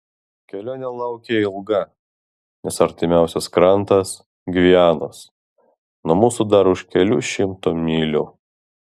kelionė laukia ilga nes artimiausias krantas gvianos nuo mūsų dar už kelių šimtų mylių